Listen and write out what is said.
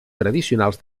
tradicionals